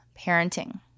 parenting